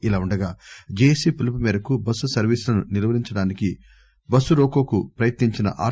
ఇలా వుండగా జెఎసి పిలుపు మేరకు బస్సు సర్వీసులను నిలువరించడానికి బస్సు రోఖోకు ప్రయత్ని ంచిన ఆర్